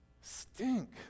stink